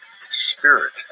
spirit